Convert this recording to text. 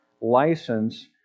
license